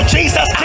Jesus